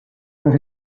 where